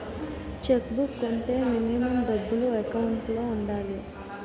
Check book వుంటే minimum డబ్బులు account లో ఉండాలి?